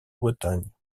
bretagne